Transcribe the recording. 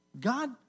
God